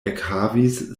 ekhavis